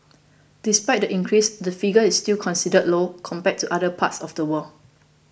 despite the increase the figure is still considered low compared to other parts of the world